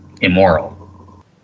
immoral